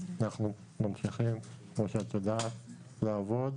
אנחנו ממשיכים לעבוד